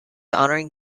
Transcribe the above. honoring